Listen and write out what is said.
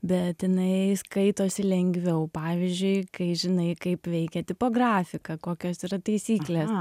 bet jinai skaitosi lengviau pavyzdžiui kai žinai kaip veikia tipografika kokios yra taisyklės